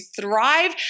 thrive